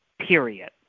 Period